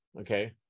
okay